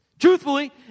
Truthfully